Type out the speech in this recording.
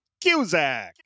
Cusack